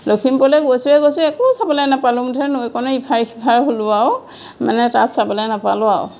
লখিমপুৰ গৈছোহে গৈছো একো চাবলে নাপালোঁ মুঠতে নৈখনৰ ইপাৰ সিপাৰ হ'লোঁ আও মানে তাত চাবলে নাপালোঁ আও